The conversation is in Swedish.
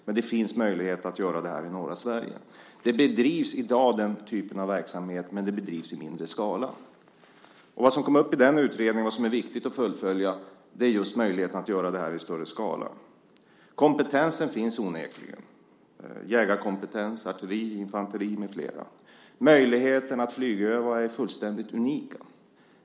Men det finns möjlighet att göra det i norra Sverige. Det bedrivs i dag den typen av verksamhet, men den bedrivs i mindre skala. Vad som kom upp i utredningen och vad som är viktigt att fullfölja är just möjligheten att göra det i större skala. Kompetensen finns onekligen, jägarkompetens, artilleri, infanteri med flera. Möjligheterna att flygöva är fullständigt unika.